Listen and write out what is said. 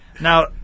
Now